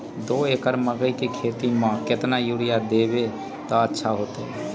दो एकड़ मकई के खेती म केतना यूरिया देब त अच्छा होतई?